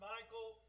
Michael